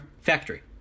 factory